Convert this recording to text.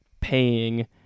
paying